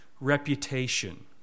reputation